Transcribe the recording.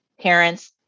parents